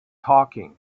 talking